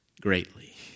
greatly